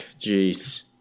jeez